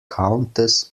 countess